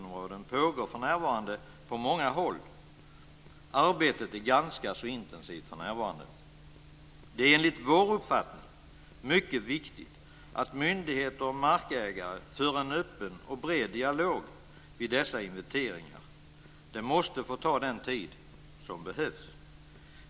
områden pågår för närvarande på många håll. Arbetet är ganska så intensivt. Det är enligt vår uppfattning mycket viktigt att myndigheter och markägare för en öppen och bred dialog vid dessa inventeringar. Det måste få ta den tid som behövs.